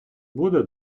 буде